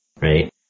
Right